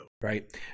Right